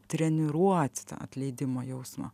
treniruoti tą atleidimo jausmą